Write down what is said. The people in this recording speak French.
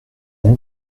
bon